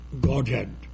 Godhead